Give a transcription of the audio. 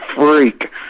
freak